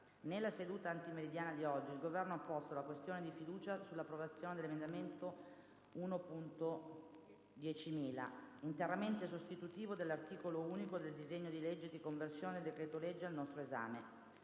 nella seduta antimeridiana il Governo ha posto la questione di fiducia sull'approvazione dell'emendamento 1.10000, interamente sostitutivo dell'articolo unico del disegno di legge di conversione del decreto-legge al nostro esame